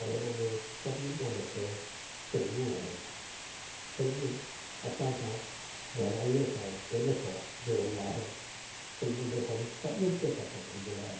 पर हिन में सभिनीनि खां मथे फिल्मूं आहिनि फिल्मूं असां सां गहिराईअ सां दिलि सां जुड़ियल आहिनि फिल्मूं ॾिसणु सभिनी खे पसंदि हूंदो आहे